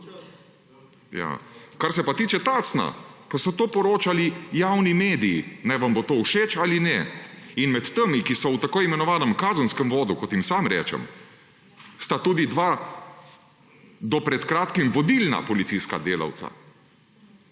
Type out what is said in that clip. Kar se pa tiče Tacna. Ko so to poročali javni mediji naj vam bo to všeč ali ne in med temi, ki so v tako imenovanem kazenskem vodu kot jim sam rečem sta tudi dva do pred kratkim vodilna policijska delavca.